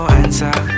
answer